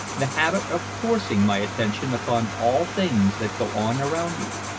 the habit of forcing my attention upon all things that go on around me,